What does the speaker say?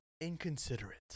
inconsiderate